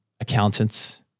accountants